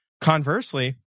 Conversely